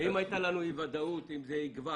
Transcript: אם הייתה לנו אי ודאות אם זה יגווע